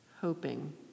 hoping